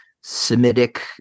Semitic